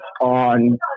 on